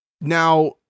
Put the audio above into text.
Now